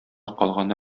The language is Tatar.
калганы